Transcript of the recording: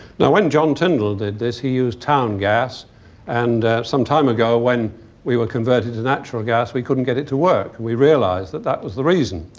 now when john tyndall did this, he used town gas and some time ago when we were converted to natural gas we couldn't get it to work. we realised that that was the reason.